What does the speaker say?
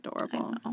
adorable